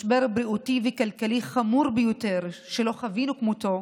משבר בריאותי וכלכלי חמור ביותר שלא חווינו כמותו,